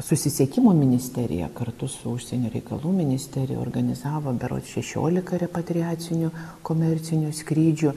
susisiekimo ministerija kartu su užsienio reikalų ministerija organizavo berods šešiolika repatriacinių komercinių skrydžių